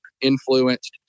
influenced